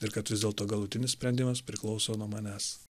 ir kad vis dėlto galutinis sprendimas priklauso nuo manęs